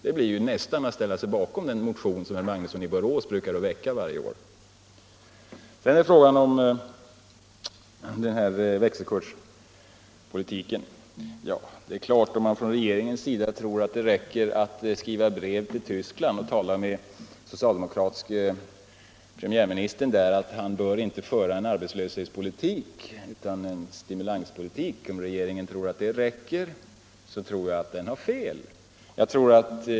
Han har därmed nästan ställt sig bakom den motion som herr Magnusson i Borås brukar väcka varje år. Så till frågan om växelkurspolitiken. Om regeringen tror att det räcker att skriva brev till den socialdemokratiske regeringschefen i Västtyskland om att han inte bör föra en arbetslöshetspolitik utan en stimulanspolitik, så tror jag att vår regering har fel.